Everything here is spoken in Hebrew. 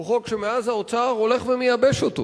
הוא חוק שמאז האוצר הולך ומייבש אותו,